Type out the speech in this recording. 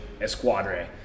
Esquadre